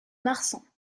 marsan